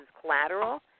collateral